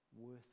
worth